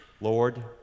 Lord